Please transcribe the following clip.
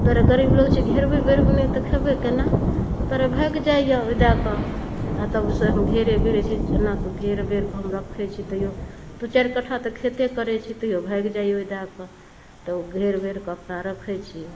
गरीब लोक छी घेरबै बेरबै नहि तऽ खेबै कोना तरे भागि जाइए ओहि दऽ कऽ आओर तब ओहिसँ हम घेरै बेरै छी एनाके घेर बेरके हम रखै छी तैओ दुइ चारि कट्ठा तऽ खेते करै छी तैओ भागि जाइए ओहि दऽ कऽ तऽ ओ घेर बेरकऽ अपना रखै छी